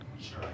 Sure